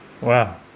Wow